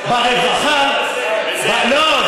ברווחה לא,